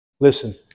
Listen